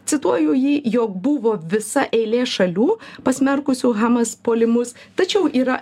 cituoju jį jog buvo visa eilė šalių pasmerkusių hamas puolimus tačiau yra